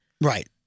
Right